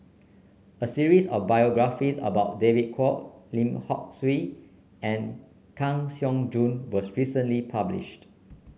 a series of biographies about David Kwo Lim Hock Siew and Kang Siong Joo was recently published